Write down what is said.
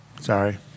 Sorry